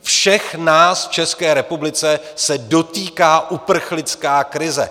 Všech nás v České republice se dotýká uprchlická krize.